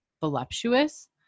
voluptuous